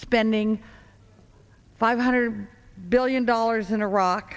spending five hundred billion dollars in iraq